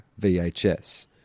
VHS